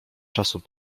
czasu